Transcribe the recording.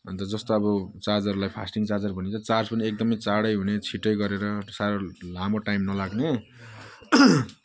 अन्त जस्तो अब चार्जरलाई फास्टिङ चार्जर भनिन्छ चार्ज पनि एकदमै चाँडै हुने छिट्टै गरेर साह्रो लामो टाइम नलाग्ने